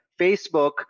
Facebook